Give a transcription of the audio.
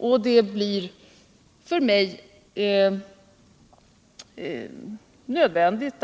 Detta gör att det blir nödvändigt för mig att